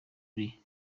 lee